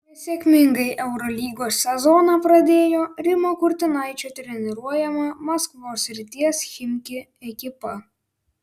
nesėkmingai eurolygos sezoną pradėjo rimo kurtinaičio treniruojama maskvos srities chimki ekipa